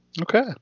Okay